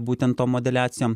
būtent tom modeliacijom